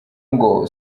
ngo